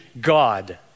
God